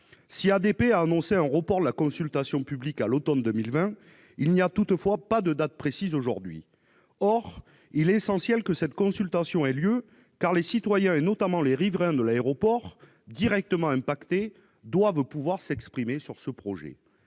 Si ADP a annoncé un report de la consultation publique à l'automne 2020, il n'a pas donné de date précise à ce jour ; or il est essentiel que cette consultation ait lieu, car les citoyens, notamment les riverains de l'aéroport, directement touchés, doivent pouvoir s'exprimer sur ce projet.